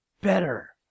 Better